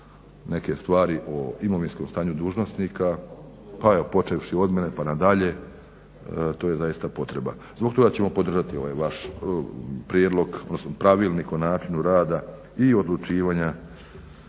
neke stvari o imovinskom stanju dužnosnika pa evo počevši od mene pa i tako dalje, to je zaista potreba. Zbog toga ćemo podržati ovaj vaš prijedlog, odnosno pravilnik o načinu rada i odlučivanja